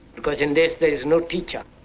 because in this there is no teacher,